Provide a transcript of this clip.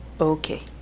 Okay